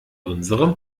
unserem